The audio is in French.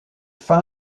fin